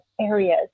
areas